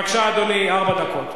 בבקשה, אדוני, ארבע דקות.